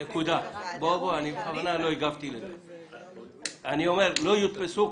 התקנות לא יודפסו שוב.